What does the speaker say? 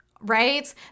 right